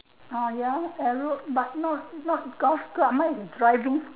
ah ya uh road but not not golf club mine is driving